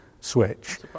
switch